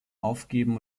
aufgeben